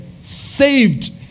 saved